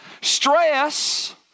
Stress